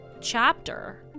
chapter